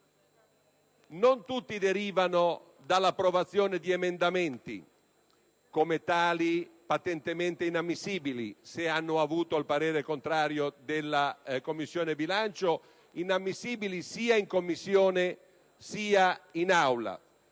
Non tutti derivano dall'approvazione di emendamenti, come tali patentemente inammissibili se hanno avuto il parere contrario dalla Commissione bilancio, sia in Commissione sia in Aula,